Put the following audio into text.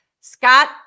Scott